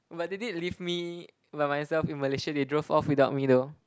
but they did leave me by myself in Malaysia they drove off without me though